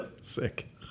Sick